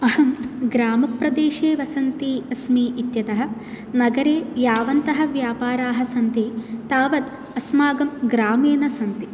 अहं ग्रामप्रदेशे वसन्ती अस्मि इत्यतः नगरे यावन्तः व्यापाराः सन्ति तावत् अस्माकं ग्रामे न सन्ति